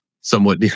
somewhat